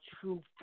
true